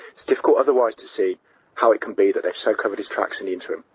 it's difficult otherwise to see how it can be that they've so covered his tracks in the interim.